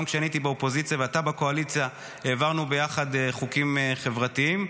גם כשאני הייתי באופוזיציה ואתה בקואליציה העברנו ביחד חוקים חברתיים,